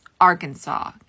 Arkansas